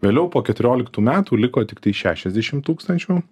vėliau po keturioliktų metų liko tiktai šešiasdešimt tūkstančių